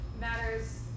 matters